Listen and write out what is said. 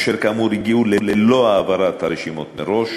אשר כאמור הגיעו ללא העברת הרשימות מראש,